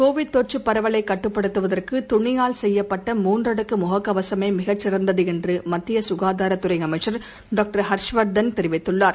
Covid தொற்றுபரவலைக் கட்டுப்படுத்துவதற்குதுணியால் செய்யப்பட்ட மூன்றடுக்குமுகக் சிறந்ததுஎன்றுமத்தியசுகாதாரத் துறைஅமைச்சர் டாக்டர் ஹர்ஷ் வர்தன் தெரிவித்துள்ளார்